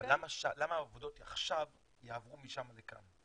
אבל למה עבודות עכשיו יעברו משם לכאן,